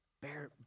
Bear